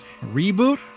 reboot